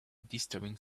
disturbing